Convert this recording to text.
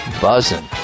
buzzing